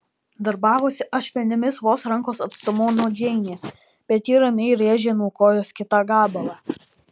darbavosi ašmenimis vos rankos atstumu nuo džeinės bet ji ramiai rėžė nuo kojos kitą gabalą